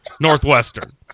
Northwestern